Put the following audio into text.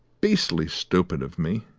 beastly stupid of me.